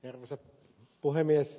arvoisa puhemies